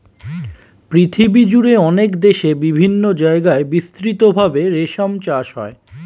পৃথিবীজুড়ে অনেক দেশে বিভিন্ন জায়গায় বিস্তৃত ভাবে রেশম চাষ হয়